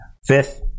Fifth